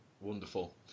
wonderful